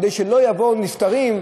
כדי שלא יבואו נפטרים,